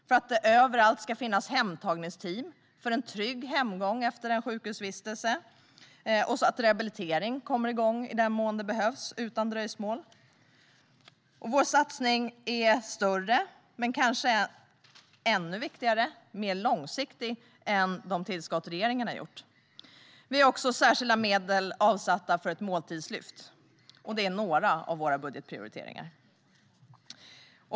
Det ska överallt finnas hemtagningsteam som gör att hemgången efter en sjukhusvistelse blir trygg och att rehabilitering kommer igång utan dröjsmål i den mån det behövs. Vår satsning är större men, vilket kanske är ännu viktigare, mer långsiktig än det tillskott som regeringen har gjort. Vi har också avsatt särskilda medel för ett måltidslyft. Detta är bara några av våra prioriteringar.